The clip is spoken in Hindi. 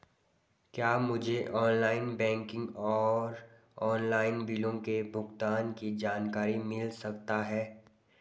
क्या मुझे ऑनलाइन बैंकिंग और ऑनलाइन बिलों के भुगतान की जानकारी मिल सकता है?